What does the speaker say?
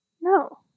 No